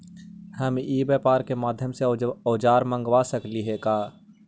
हम ई व्यापार के माध्यम से औजर मँगवा सकली हे का?